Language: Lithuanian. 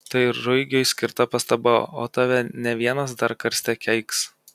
tai ruigiui skirta pastaba o tave ne vienas dar karste keiks